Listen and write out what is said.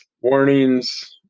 Warnings